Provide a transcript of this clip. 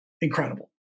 incredible